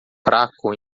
fraco